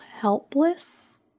helpless